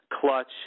clutch